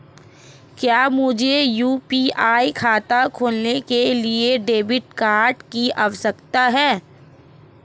क्या मुझे यू.पी.आई खाता खोलने के लिए डेबिट कार्ड की आवश्यकता है?